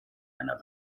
einer